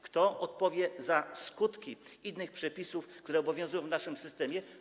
Kto odpowie za skutki innych przepisów, które obowiązują w naszym systemie?